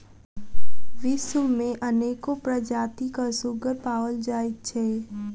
विश्व मे अनेको प्रजातिक सुग्गर पाओल जाइत छै